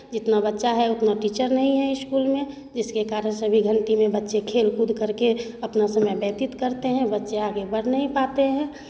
जितना बच्चा है उतना टीचर नहीं है स्कूल में जिसके कारण सभी घंटी में बच्चे खेलकूद करके अपना समय व्यतीत करते हैं बच्चे आगे बढ़ नहीं पाते हैं